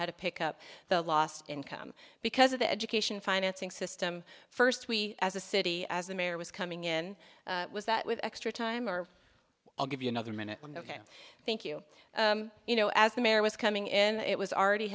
how to pick up the lost income because of the education financing system first we as a city as the mayor was coming in was that with extra time or i'll give you another minute thank you you know as the mayor was coming in it was already